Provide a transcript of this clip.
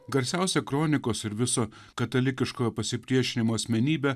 garsiausia kronikos ir viso katalikiškojo pasipriešinimo asmenybę